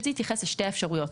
זה התייחס לשתי האפשרויות: